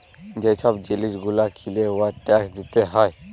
যে ছব জিলিস গুলা কিলে উয়ার ট্যাকস দিতে হ্যয়